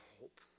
hope